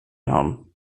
haben